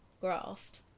graft